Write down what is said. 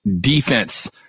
defense